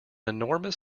enormous